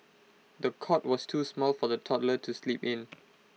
the cot was too small for the toddler to sleep in